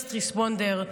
first responders.